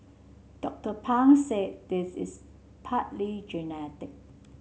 Doctor Pang said this is partly genetic